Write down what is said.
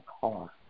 car